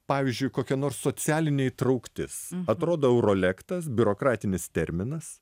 pavyzdžiui kokia nors socialinė įtrauktis atrodo aurolektas biurokratinis terminas